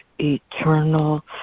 eternal